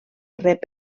rep